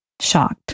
shocked